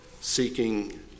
seeking